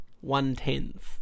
one-tenth